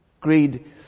Greed